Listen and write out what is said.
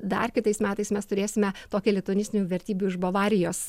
dar kitais metais mes turėsime tokią lituanistinių vertybių iš bavarijos